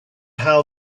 how